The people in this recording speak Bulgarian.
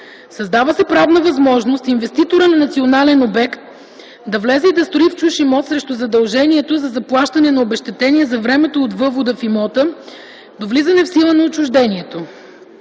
Създава се правна възможност инвеститорът на национален обект да влезе и да строи в чужд имот срещу задължението за заплащане на обезщетение за времето от въвода в имота до влизане в сила на отчуждението.